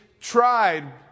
tried